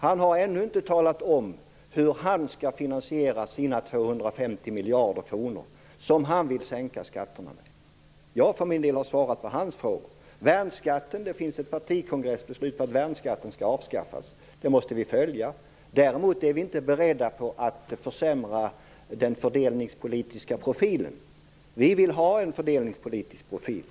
Han har ännu inte talat om hur han skall finansiera de 250 miljarder kronor som han vill sänka skatterna med. Jag för min del har svarat på hans frågor. Det finns ett partikongressbeslut om att värnskatten skall avskaffas. Det måste vi följa. Däremot är vi inte beredda att försämra den fördelningspolitiska profilen. Vi vill ha en fördelningspolitisk profil.